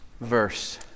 verse